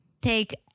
take